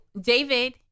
david